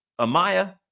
Amaya